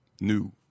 new